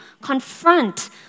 confront